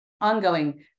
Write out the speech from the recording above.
ongoing